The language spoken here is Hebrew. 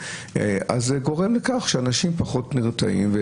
אז זה גורם לכך שאנשים פחות נרתעים.